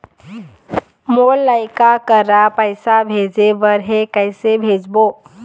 मोर लइका करा पैसा भेजें बर हे, कइसे भेजबो?